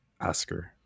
Oscar